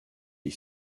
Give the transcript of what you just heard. les